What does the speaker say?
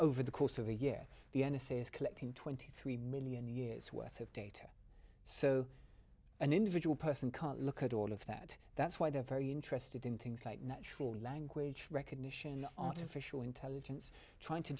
over the course of a year the n s a is collecting twenty three million years worth of data so an individual person can look at all of that that's why they're very interested in things like natural language recognition artificial intelligence trying to